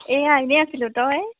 এইয়া এনেই আছিলোঁ তই